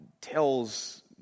tells